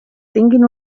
tinguin